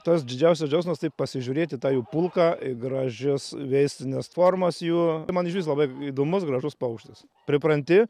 tas didžiausias džiaugsmas tai pasižiūrėt į tą jų pulką į gražias veislines formas jų ir man iš vis labai įdomus gražus paukštis pripranti